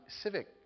civic